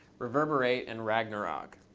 reverberate and ragnarok.